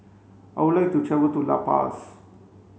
I would like to travel to La Paz